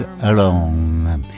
Alone